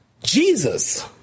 Jesus